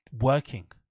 working